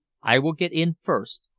i will get in first.